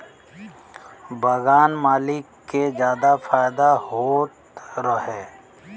बगान मालिक के जादा फायदा होत रहे